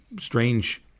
strange